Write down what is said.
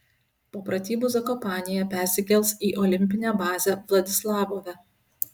po pratybų zakopanėje persikels į olimpinę bazę vladislavove